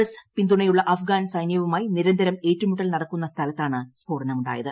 S പിന്തുണയുള്ള അഫ്ഗാൻ സൈന്യവുമായി നിരന്തരം ഏറ്റുമുട്ടൽ നടക്കുന്ന സ്ഥാലത്താണ് സ്ഫോടനമുണ്ടായത്